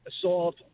assault